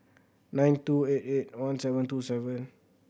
nine two eight eight one seven two seven